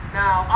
now